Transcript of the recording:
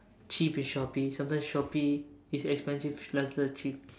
cheap in Shopee sometime Shopee is expensive Lazada is cheap